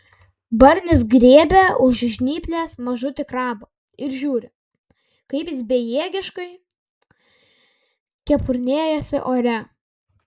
barnis griebia už žnyplės mažutį krabą ir žiūri kaip jis bejėgiškai kepurnėjasi ore